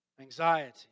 anxiety